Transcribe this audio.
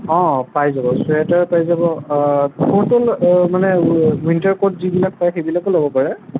অঁ পাই যাব চুৱেটাৰ পাই যাব পৰ্টেল মানে ৱিণ্টাৰ কোট যিবিলাক পাই সেইবিলাকো ল'ব পাৰে